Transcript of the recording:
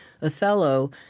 Othello